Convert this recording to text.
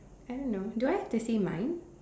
I don't know do I have to say mine